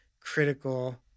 critical